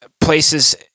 places